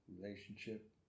relationship